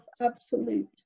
absolute